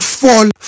fall